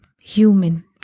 human